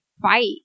fight